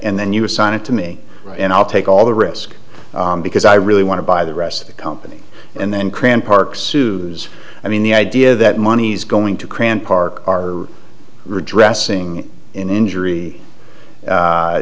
and then you assign it to me and i'll take all the risk because i really want to buy the rest of the company and then cram park suze i mean the idea that money's going to cram park are redress ing in injury